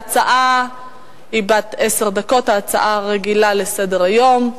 ההצעה היא בת עשר דקות, הצעה רגילה לסדר-היום.